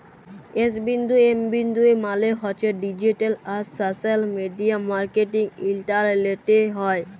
S বিন্দু M বিন্দু E মালে হছে ডিজিট্যাল আর সশ্যাল মিডিয়া মার্কেটিং ইলটারলেটে হ্যয়